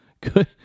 Good